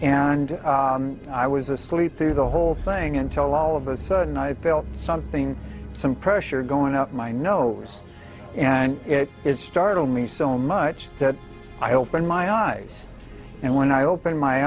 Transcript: and i was asleep through the whole thing until all of a sudden i felt something some pressure going up my nose and it startled me so much that i opened my eyes and when i opened my